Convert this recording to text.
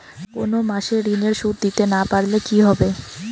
কোন মাস এ ঋণের সুধ দিতে না পারলে কি হবে?